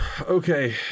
Okay